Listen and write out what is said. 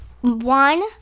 one